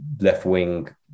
left-wing